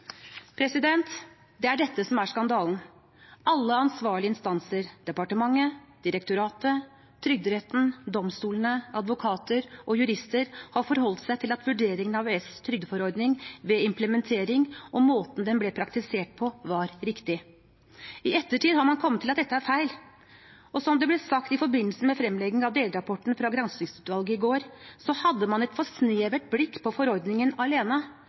Det er dette som er skandalen. Alle ansvarlige instanser – departementet, direktoratet, Trygderetten, domstolene, advokater og jurister – har forholdt seg til at vurderingen av EØS’ trygdeforordning ved implementering og måten den ble praktisert på, var riktig. I ettertid har man kommet til at dette er feil. Og som det ble sagt i forbindelse med fremlegging av delrapporten fra granskningsutvalget i går, hadde man et for snevert blikk på forordningen alene